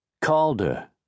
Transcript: Calder